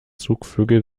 zugvögel